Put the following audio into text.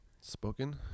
spoken